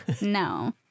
No